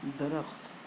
درخت